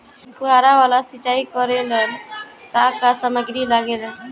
फ़ुहारा वाला सिचाई करे लर का का समाग्री लागे ला?